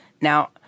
Now